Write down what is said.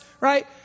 right